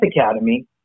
Academy